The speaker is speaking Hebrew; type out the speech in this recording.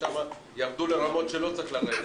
שהיו שם ירדו לרמות שלא היה צריך לרדת.